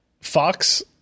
Fox